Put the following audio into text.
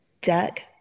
duck